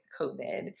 COVID